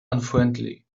unfriendly